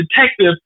detective